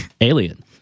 alien